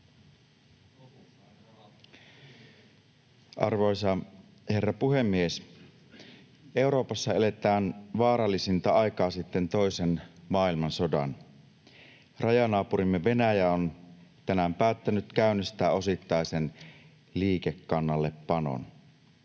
Arvoisa herra puhemies! Euroopassa eletään vaarallisinta aikaa sitten toisen maailmansodan. Rajanaapurimme Venäjä on tänään päättänyt käynnistää osittaisen liikekannallepanon.